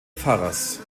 pfarrers